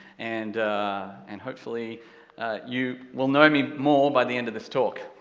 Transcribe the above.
and and hopefully you will know me more by the end of this talk.